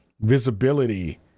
visibility